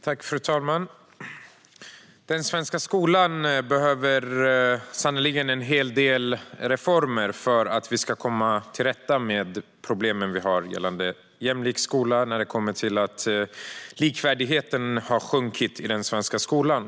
Fru talman! Den svenska skolan behöver sannerligen en hel del reformer för att vi ska komma till rätta med de problem som vi har gällande en jämlik skola och att likvärdigheten har sjunkit i den svenska skolan.